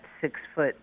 six-foot